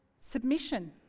Submission